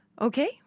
Okay